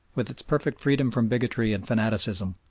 with its perfect freedom from bigotry and fanaticism.